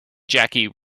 jackie